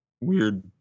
weird